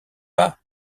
pas